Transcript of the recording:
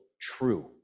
true